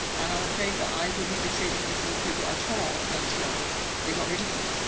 and i'm afraid that i wouldn't be trading with those people at all until they got rid of him,